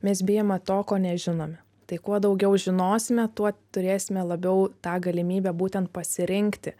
mes bijome to ko nežinome tai kuo daugiau žinosime tuo turėsime labiau tą galimybę būtent pasirinkti